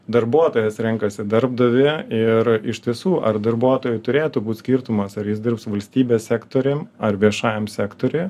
darbuotojas renkasi darbdavį ir iš tiesų ar darbuotojui turėtų būt skirtumas ar jis dirbs valstybės sektoriam ar viešajam sektoriui